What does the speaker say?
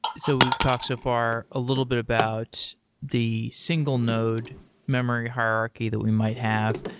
so we've talked so far a little bit about the single node memory hierarchy that we might have.